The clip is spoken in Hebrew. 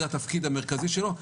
זה התפקיד המרכזי שלו.